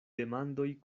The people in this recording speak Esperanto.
demandoj